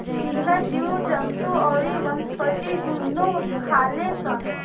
झींगा जीव जंतु अउरी वनस्पति दुनू खाले सन